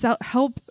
help